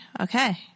okay